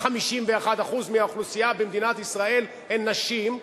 51% מהאוכלוסייה במדינת ישראל הם נשים,